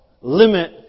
limit